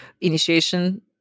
Initiation